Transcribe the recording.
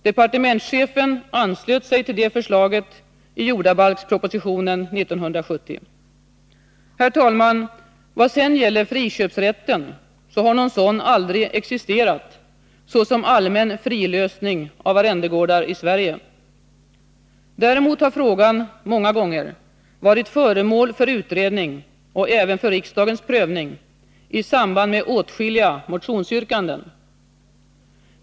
Departementschefen anslöt sig till förslaget i jordabalkspropositionen 1970. Herr talman! Vad sedan gäller friköpsrätten har någon sådan aldrig existerat som allmän frilösning av arrendegårdar i Sverige. Däremot har frågan många gånger varit föremål för utredning och även för riksdagens prövning i samband med åtskilliga motionsyrkanden.